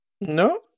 No